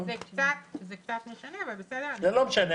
זה קצת משנה, אבל בסדר --- זה לא משנה.